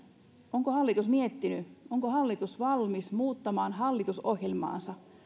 onko hallitus miettinyt onko hallitus valmis muuttamaan hallitusohjelmaansa